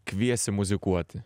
kviesi muzikuoti